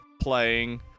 playing